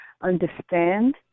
understand